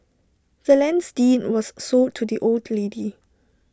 the land's deed was sold to the old lady